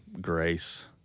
grace